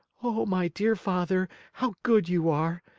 oh, my dear father, how good you are!